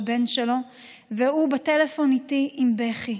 והוא בטלפון איתי בבכי.